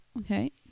Okay